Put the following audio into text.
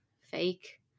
fake